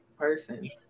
person